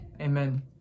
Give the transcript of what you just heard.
amen